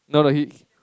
no no he